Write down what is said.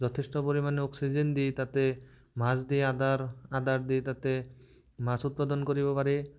যথেষ্ট পৰিমাণে অক্সিজেন দি তাতে মাছ দি আধাৰ আধাৰ দি তাতে মাছ উৎপাদন কৰিব পাৰি